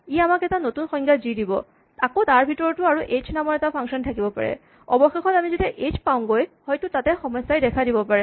ই আমাক এটা নতুন সংজ্ঞা জি দিব আকৌ তাৰ ভিতৰতো আৰু এইচ নামৰ এটা ফাংচন থাকিব পাৰে অৱশেষত আমি যেতিয়া এইচ পাওঁগৈ হয়তো তাতে সমস্যাই দেখা দিব পাৰে